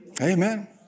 Amen